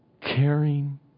caring